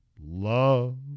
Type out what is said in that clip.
Love